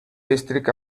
district